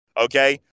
okay